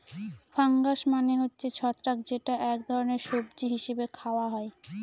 fungus মানে হচ্ছে ছত্রাক যেটা এক ধরনের সবজি হিসেবে খাওয়া হয়